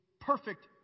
perfect